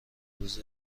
روز